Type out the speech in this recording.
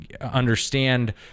understand